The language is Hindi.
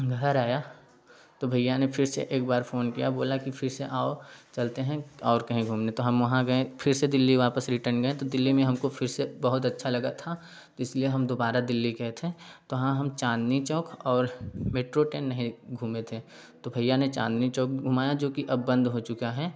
घर आया तो भैया ने फिर से एक बार फोन किया बोल कि फिर से आओ चलते हैं और कहीं घूमने तो हम वहाँ गए फिर से दिल्ली वापस रिटर्न गए तो दिल्ली में हमको फिर से बहुत अच्छा लगा था तो इसलिए हम दोबारा दिल्ली गए थे वहाँ हम चाँदनी चौक और मेट्रो ट्रेन नहीं घूमे थे तो भैया ने चाँदनी चौक घुमाया जो कि अब बंद हो चुका है